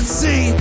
see